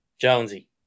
Jonesy